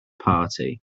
party